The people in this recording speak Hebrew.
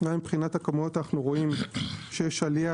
אנחנו רואים שיש עלייה,